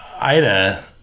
Ida